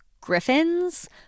Griffins